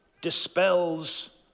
dispels